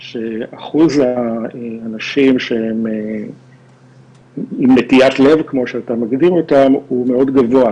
שאחוז האנשים שהם עם נטיית לב כמו שאתה מגדיר אותם הוא מאוד גבוה,